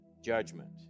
Judgment